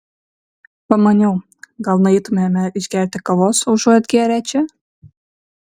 pamaniau gal nueitumėme išgerti kavos užuot gėrę čia